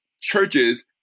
churches